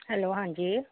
hello ਹਾਂਜੀ